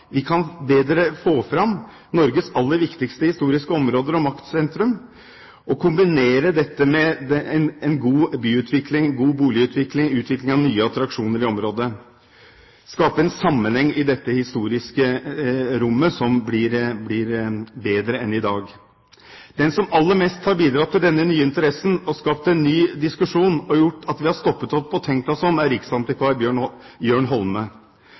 vi bedre kan få fram Norges aller viktigste historiske områder og maktsentrum, og kombinere dette med en god byutvikling, god boligutvikling, utvikling av nye attraksjoner i området – skape en sammenheng i dette historiske rommet som blir bedre enn i dag. Den som aller mest har bidratt til denne nye interessen og skapt en ny diskusjon og gjort at vi har stoppet opp og tenkt oss om, er